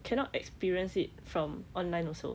cannot experience it from online also